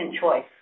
choice